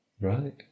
Right